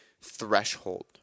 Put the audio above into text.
threshold